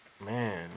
Man